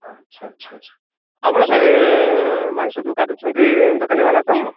ଆଚ୍ଛା ଆଚ୍ଛା ଆଚ୍ଛା ଆପଣ ସେ ମାଂସ ଯେଉଁ କାଟୁଛନ୍ତି ଦୋକାନୀବାଲା ତ